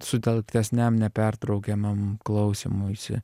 sutelktesniam nepertraukiamam klausymuisi